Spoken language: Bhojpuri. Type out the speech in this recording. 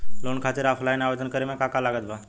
लोन खातिर ऑफलाइन आवेदन करे म का का लागत बा?